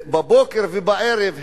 בבוקר ובערב,